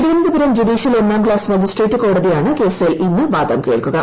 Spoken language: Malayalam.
തിരുവനന്തപുരം ജുഡീഷ്യൽ ഒന്നാം ക്ലാസ്സ് മജിസ്ട്രേറ്റ് കോടതിയാണ് കേസിൽ ഇന്ന് വാദം കേൾക്കുക